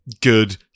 good